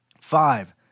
five